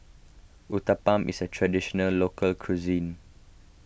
Uthapam is a Traditional Local Cuisine